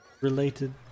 related